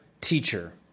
teacher